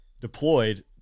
deployed